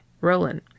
Roland